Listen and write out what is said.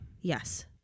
Yes